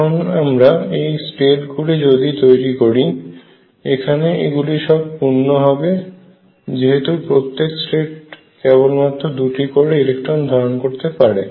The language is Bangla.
এখন আমরা এই স্টেট গুলি যদি তৈরি করি এখানে এগুলি সব পূর্ণ হবে যেহেতু প্রত্যেক স্টেট কেবলমাত্র দুটি করে ইলেকট্রন ধারণ করতে পারে